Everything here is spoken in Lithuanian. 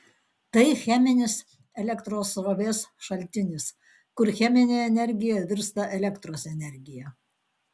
tai cheminis elektros srovės šaltinis kur cheminė energija virsta elektros energija